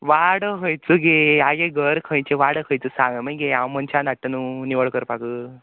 वाडो खंयचो गे आगे घर खंयचें वाडो खंयचो सांग मगे हांव मनशा धाडटा न्हू निवळ करपाकू